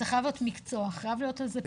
זה חייב להיות מקצוע, חייב להיות לזה פיקוח,